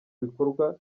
bikorwa